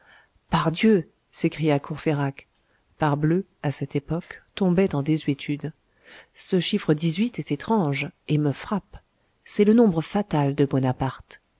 pardieu s'écria courfeyrac parbleu à cette époque tombait en désuétude ce chiffre xviii est étrange et me frappe c'est le nombre fatal de bonaparte